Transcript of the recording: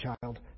child